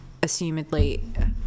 assumedly